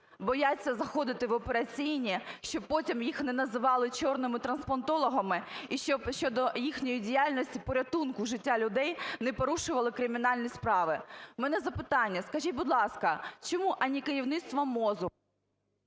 бояться заходити в операційні, щоб потім їх не називали "чорними" трансплантологами і щодо їхньої діяльності порятунку життя людей не порушували кримінальні справи. В мене запитання. Скажіть, будь ласка, чому ані керівництво МОЗу…